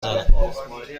دارم